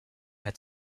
had